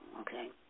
okay